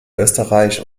österreich